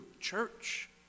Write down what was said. church